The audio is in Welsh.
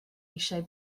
eisiau